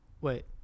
Wait